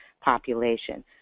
population